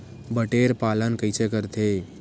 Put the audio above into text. बटेर पालन कइसे करथे?